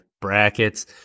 brackets